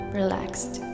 relaxed